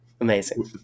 Amazing